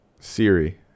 siri